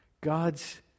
God's